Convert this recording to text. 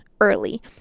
early